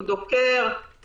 דוקר,